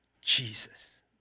Jesus